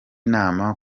nama